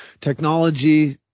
Technology